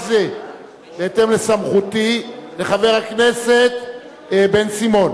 חבר הכנסת מילר,